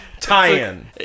Tie-in